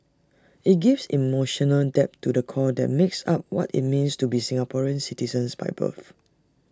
IT gives emotional depth to the core that makes up what IT means to be Singaporean citizens by birth